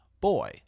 boy